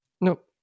Nope